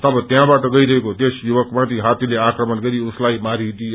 तब त्यहाँबाट गइरहेको त्यस युवकमाथि हात्तीले आक्रमण गरी उसवलाई मारयो